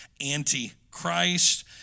anti-Christ